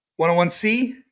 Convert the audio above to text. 101C